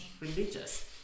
religious